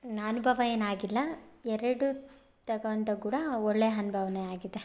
ಅನುಭವ ಏನು ಆಗಿಲ್ಲ ಎರಡು ತಗೊಂಡಾಗ ಕೂಡ ಒಳ್ಳೆ ಅನ್ಭವನೇ ಆಗಿದೆ